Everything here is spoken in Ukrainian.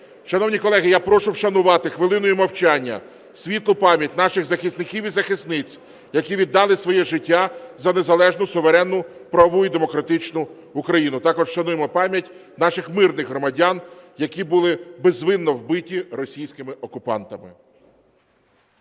Шановні колеги, я прошу вшанувати хвилиною мовчання світлу пам'ять наших захисників і захисниць, які віддали своє життя за незалежну, суверенну, правову і демократичну Україну. Також вшануємо пам'ять наших мирних громадян, які були безвинно вбиті російськими окупантами.